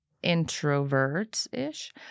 introvert-ish